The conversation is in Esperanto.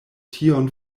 tion